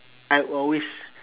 I always